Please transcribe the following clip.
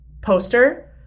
poster